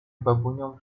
babunią